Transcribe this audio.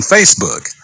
Facebook